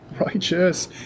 Righteous